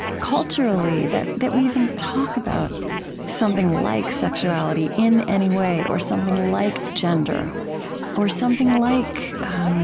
culturally, that that we even talk about something like sexuality in any way or something like gender or something like